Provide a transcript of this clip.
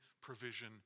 provision